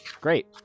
Great